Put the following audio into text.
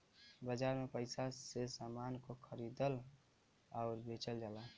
बाजार में पइसा से समान को खरीदल आउर बेचल जाला